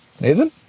Nathan